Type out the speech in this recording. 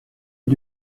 est